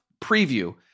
preview